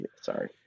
Sorry